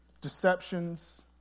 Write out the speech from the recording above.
deceptions